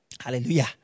Hallelujah